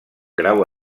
grau